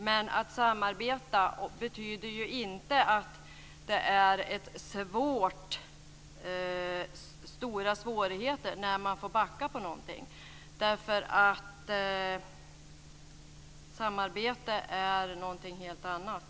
Men att samarbeta betyder ju inte att det innebär stora svårigheter när man får backa i fråga om någonting. Samarbete är någonting helt annat,